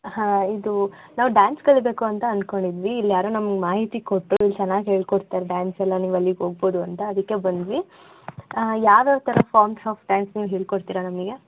ಹಾಂ ಇದು ನಾವು ಡ್ಯಾನ್ಸ್ ಕಲಿಯಬೇಕು ಅಂತ ಅಂದ್ಕೊಂಡಿದ್ವಿ ಇಲ್ಲಿ ಯಾರೋ ನಮಗೆ ಮಾಹಿತಿ ಕೊಟ್ಟರು ಚೆನ್ನಾಗಿ ಹೇಳ್ಕೊಡ್ತಾರೆ ಡ್ಯಾನ್ಸ್ ಎಲ್ಲ ನೀವು ಅಲ್ಲಿಗೆ ಹೋಗಬಹುದು ಅಂತ ಅದಕ್ಕೆ ಬಂದ್ವಿ ಯಾವ ಯಾವ ಥರ ಫೊರ್ಮ್ಸ್ ಆಫ್ ಡ್ಯಾನ್ಸ್ ನೀವು ಹೇಳಿಕೊಡ್ತೀರಾ ನಮಗೆ